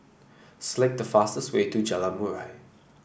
select the fastest way to Jalan Murai